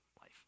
life